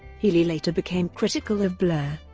healey later became critical of blair.